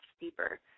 deeper